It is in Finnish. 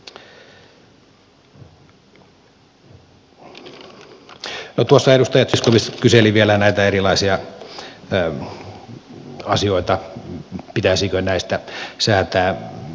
no tuossa edustaja zyskowicz kyseli vielä näitä erilaisia asioita pitäisikö näistä säätää